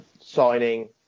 signing